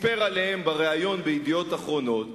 סיפר עליהן בריאיון ב"ידיעות אחרונות",